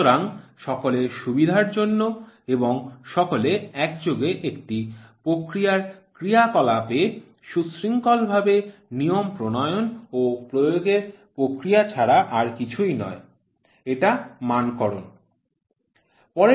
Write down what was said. সুতরাং সকলের সুবিধার জন্য এবং সকলে একযোগে একটি প্রক্রিয়ার ক্রিয়াকলাপে সুশৃঙ্খলভাবে নিয়ম প্রণয়ন ও প্রয়োগের প্রক্রিয়া ছাড়া আর কিছুই নয় এটা প্রমাণমান নির্ধারণ